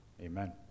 Amen